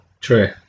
true